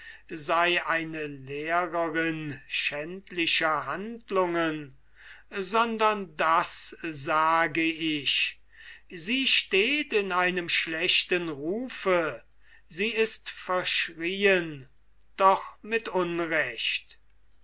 sei eine lehrerin schändlicher handlungen sondern das sage ich sie steht in einem schlechten rufe sie ist verschrieen doch mit unrecht